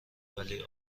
ولی